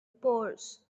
pours